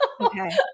Okay